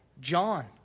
John